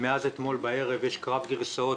מאז אתמול בערב יש קרב גרסאות,